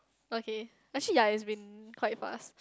okay actually ya it has been quite fast